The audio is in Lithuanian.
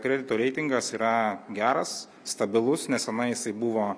kredito reitingas yra geras stabilus nesenai jisai buvo